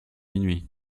minuit